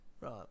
Right